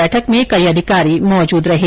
बैठक में कई अधिकारी मौजूद थे